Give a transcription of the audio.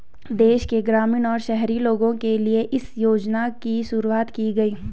देश के ग्रामीण और शहरी लोगो के लिए इस योजना की शुरूवात की गयी